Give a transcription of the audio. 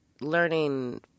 learning